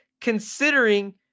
considering